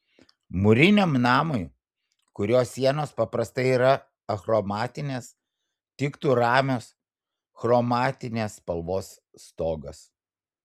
mūriniam namui kurio sienos paprastai yra achromatinės tiktų ramios chromatinės spalvos stogas